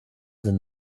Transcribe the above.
than